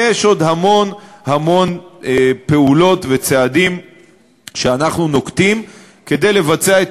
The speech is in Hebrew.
ויש עוד המון המון פעולות וצעדים שאנחנו נוקטים כדי לבצע את